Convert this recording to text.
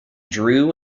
drew